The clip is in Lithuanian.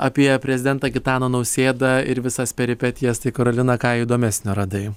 apie prezidentą gitaną nausėdą ir visas peripetijas tai karolina ką įdomesnio radai